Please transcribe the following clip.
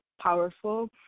powerful